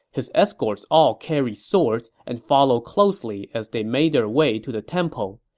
his escorts all carried swords and followed closely as they made their way to the temple.